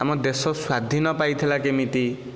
ଆମ ଦେଶ ସ୍ଵାଧୀନ ପାଇଥିଲା କେମିତି